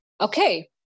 Okay